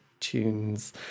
tunes